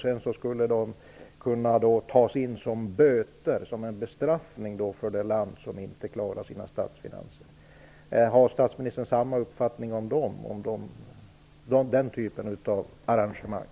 Sedan skulle de kunna tas in som böter, som en bestraffning för det land som inte klarar sina statsfinanser. Har statsministern samma uppfattning om den typen av arrangemang?